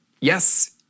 yes